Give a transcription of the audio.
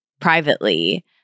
privately